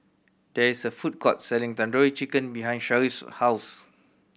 there is a food court selling Tandoori Chicken behind Sharif's house